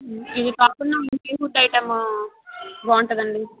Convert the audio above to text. ఇవి కాకుండా ఇంకేమి ఫుడ్ ఐటమ్ బాగుంటుంది అండి